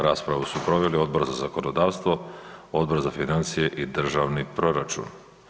Raspravu su proveli Odbor za zakonodavstvo, Odbor za financije i državni proračun.